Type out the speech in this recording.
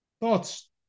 thoughts